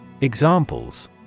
Examples